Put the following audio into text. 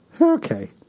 Okay